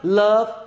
love